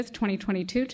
2022